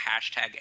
hashtag